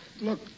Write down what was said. Look